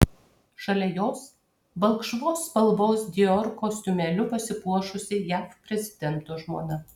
šalia jos balkšvos spalvos dior kostiumėliu pasipuošusi jav prezidento žmona